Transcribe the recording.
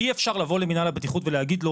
אי אפשר לבוא למנהל הבטיחות ולהגיד לו,